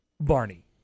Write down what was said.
Barney